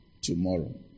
tomorrow